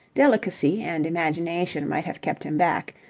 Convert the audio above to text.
delicacy and imagination might have kept him back,